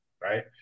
right